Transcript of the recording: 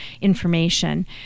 information